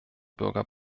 bürger